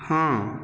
ହଁ